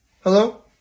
Hello